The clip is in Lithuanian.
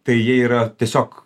tai jie yra tiesiog